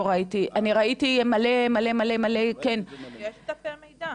אני ראיתי מלא מלא --- יש דפי מידע,